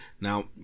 Now